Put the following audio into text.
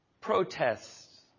protests